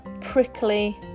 prickly